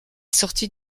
sortie